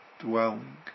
dwelling